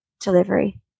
delivery